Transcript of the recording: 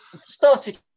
started